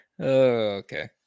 Okay